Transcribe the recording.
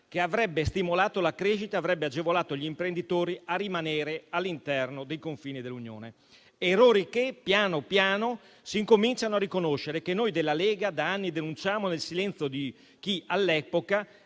che avrebbe stimolato la crescita e agevolato gli imprenditori a rimanere all'interno dei confini dell'Unione. Si tratta di errori che, pian piano, si incominciano a riconoscere e che noi della Lega da anni denunciamo, nel silenzio di chi all'epoca